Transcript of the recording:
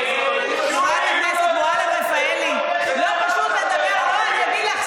חברת הכנסת מועלם-רפאלי, חברת הכנסת מועלם-רפאלי.